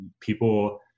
People